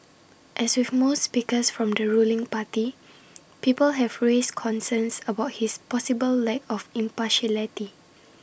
as with most speakers from the ruling party people have raised concerns about his possible lack of impartiality